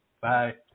Bye